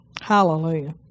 Hallelujah